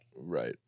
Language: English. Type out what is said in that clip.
Right